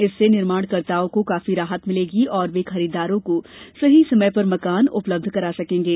इससे निर्माणकर्ताओं को काफी राहत मिलेगी और वे खरीदारों को सही समय पर मकान उपलब्ध करा सकेंगे